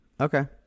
okay